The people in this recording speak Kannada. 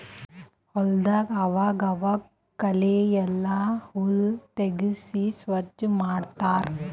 ಹೊಲದಾಗ್ ಆವಾಗ್ ಆವಾಗ್ ಕಳೆ ಇಲ್ಲ ಹುಲ್ಲ್ ತೆಗ್ಸಿ ಸ್ವಚ್ ಮಾಡತ್ತರ್